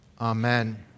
Amen